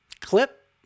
clip